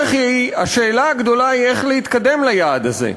השאלה הגדולה היא איך להתקדם ליעד הזה.